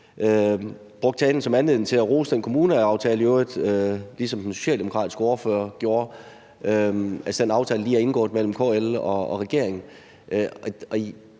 brugte talen som anledning til at rose den kommuneaftale – i øvrigt ligesom den socialdemokratiske ordfører gjorde – der lige er indgået mellem KL og regeringen.